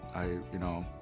i, you know,